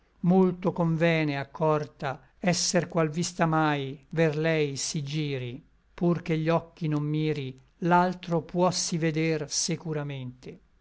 molto convene accorta esser qual vista mai ver lei si giri pur che gli occhi non miri l'altro puossi veder securamente